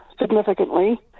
significantly